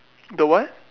the what